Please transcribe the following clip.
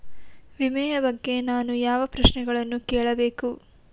ವಿಮೆಯ ಬಗ್ಗೆ ನಾನು ಯಾವ ಪ್ರಶ್ನೆಗಳನ್ನು ಕೇಳಬೇಕು?